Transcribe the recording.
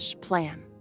plan